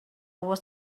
was